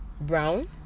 Brown